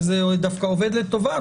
וזה דווקא עובד לטובה,